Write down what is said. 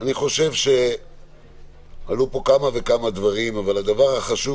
אני חושב שעלו פה כמה וכמה דברים אבל הדבר החשוב